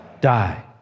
die